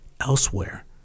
elsewhere